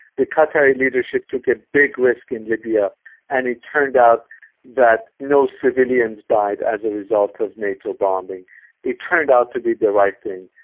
the qatari leadership took a big risk in libya and it turned out that no civilians died as a result of nato bombing it turned out to be the right thing.